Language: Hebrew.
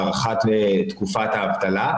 הארכת תקופת האבטלה,